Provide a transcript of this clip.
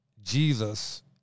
Jesus